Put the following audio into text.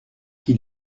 qui